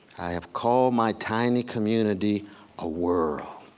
i have called my tiny community a world,